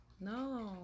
No